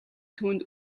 түүнд